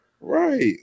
right